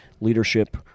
leadership